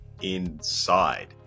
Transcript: inside